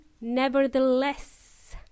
nevertheless